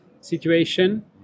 situation